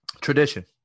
Tradition